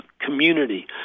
community